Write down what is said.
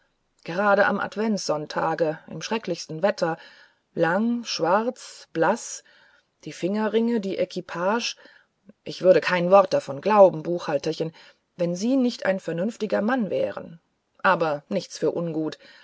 gerade am adventsonntage im schrecklichsten wetter lang schwarz blaß die fingerringe die equipage ich würde kein wort davon glauben buchhalterchen wenn sie nicht ein vernünftiger mann wären aber nichts für ungut